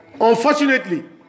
Unfortunately